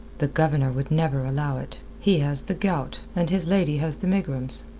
the governor would never allow it. he has the gout, and his lady has the megrims.